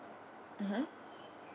mmhmm